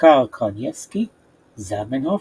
כיכר קראסינסקי, זמנהוף,